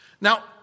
Now